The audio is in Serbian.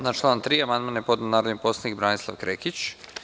Na član 3. amandman je podneo narodni poslanik Branislav Krekić.